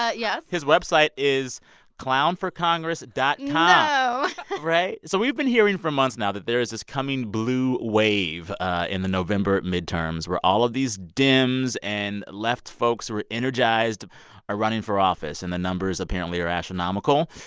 ah yeah his website is clownforcongress dot com no right? so we've been hearing for months now that there is this coming blue wave in the november midterms where all of these dems and left folks who are energized are running for office. and the numbers apparently are astronomical.